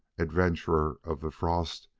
adventurer of the frost,